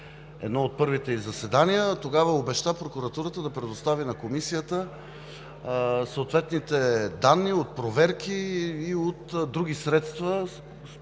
едно от първите ѝ заседания, тогава обеща Прокуратурата да предостави на Комисията съответните данни от проверки и от други средства,